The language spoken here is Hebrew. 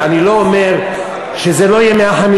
אני לא אומר שזה לא יהיה 150,000,